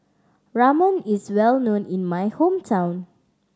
ramen is well known in my hometown